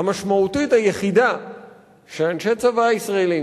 המשמעותית היחידה שאנשי צבא ישראלים,